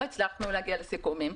לא הצלחנו להגיע לסיכומים.